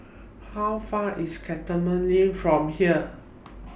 How Far away IS Cantonment LINK from here